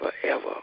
forever